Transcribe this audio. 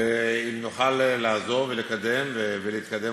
ואם נוכל לעזור ולקדם ולהתקדם,